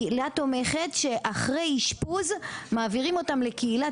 קהילה תומכת שאחרי אשפוז מעבירים אותם לקהילה